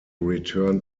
return